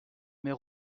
mais